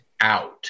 out